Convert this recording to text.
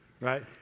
right